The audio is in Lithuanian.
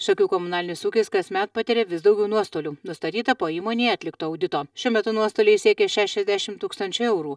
šakių komunalinis ūkis kasmet patiria vis daugiau nuostolių nustatyta po įmonėje atlikto audito šiuo metu nuostoliai siekė šešiasdešimt tūkstančių eurų